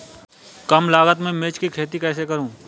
कम लागत में मिर्च की खेती कैसे करूँ?